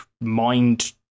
mind